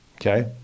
Okay